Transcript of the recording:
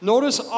Notice